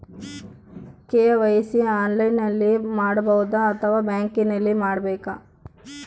KYC ಆನ್ಲೈನಲ್ಲಿ ಮಾಡಬಹುದಾ ಅಥವಾ ಬ್ಯಾಂಕಿನಲ್ಲಿ ಮಾಡ್ಬೇಕಾ?